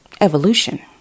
evolution